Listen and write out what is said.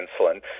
insulin